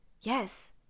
yes